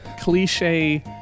cliche